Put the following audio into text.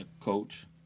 coach